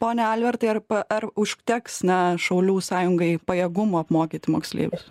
pone albertai ar pa ar užteks na šaulių sąjungai pajėgumų apmokyti moksleivius